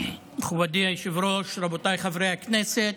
היושב-ראש, רבותיי חברי הכנסת,